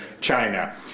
China